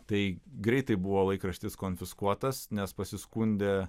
tai greitai buvo laikraštis konfiskuotas nes pasiskundė